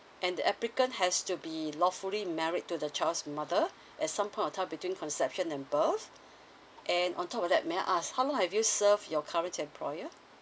and the applicant has to be lawfully married to the child's mother at some point of time between conception and birth and on top of that may I ask how long have you serve your current employer